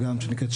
גם שנקראת,